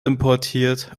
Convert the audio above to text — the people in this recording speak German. importiert